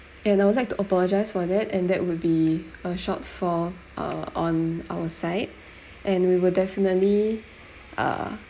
and I would like to apologise for that and that would be a shortfall uh on our side and we will definitely uh